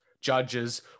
judges